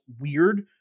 weird